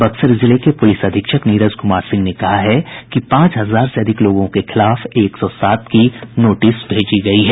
बक्सर जिले के पुलिस अधीक्षक नीरज कुमार सिंह ने कहा है कि पांच हजार से अधिक लोगों के खिलाफ एक सौ सात की नोटिस भेज गयी है